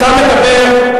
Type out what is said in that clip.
דבר עובדות.